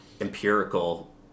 empirical